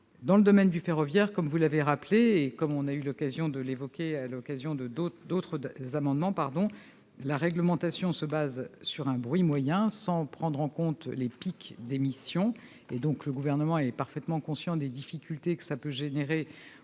Dans le domaine du ferroviaire, comme vous l'avez rappelé et comme cela a été évoqué à l'occasion d'autres amendements, la réglementation se base sur un bruit moyen, sans prendre en compte les pics d'émission. Le Gouvernement est parfaitement conscient des difficultés que cela peut engendrer